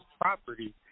property